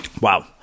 Wow